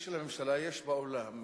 יש נציג ממשלה באולם אבל,